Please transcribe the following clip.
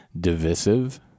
divisive